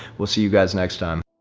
we'll see you guys next time.